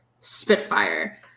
spitfire